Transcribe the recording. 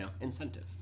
incentive